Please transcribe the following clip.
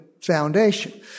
foundation